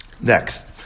Next